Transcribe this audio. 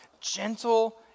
Gentle